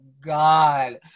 God